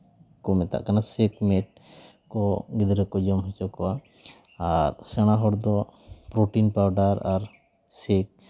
ᱠᱚ ᱢᱮᱛᱟᱜ ᱠᱟᱱᱟ ᱥᱮᱯᱷᱱᱮᱴ ᱠᱚ ᱜᱤᱫᱽᱨᱟᱹ ᱠᱚ ᱡᱚᱢ ᱦᱚᱪᱚ ᱠᱚᱣᱟ ᱟᱨ ᱥᱮᱬᱟ ᱦᱚᱲ ᱫᱚ ᱯᱨᱚᱴᱤᱱ ᱯᱟᱣᱰᱟᱨ ᱟᱨ ᱥᱮᱯᱷ